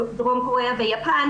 דרום קוריאה ויפן,